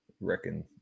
reckon